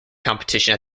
competition